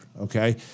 okay